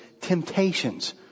temptations